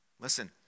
Listen